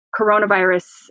coronavirus